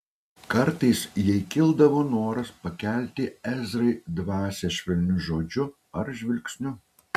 kartais jai kildavo noras pakelti ezrai dvasią švelniu žodžiu ar žvilgsniu